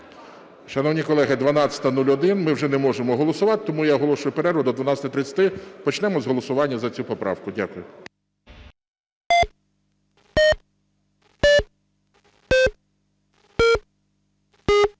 Шановні колеги, 12:01. Ми вже не можемо голосувати, тому я оголошую перерву до 12:30. Почнемо з голосування за цю поправку. Дякую.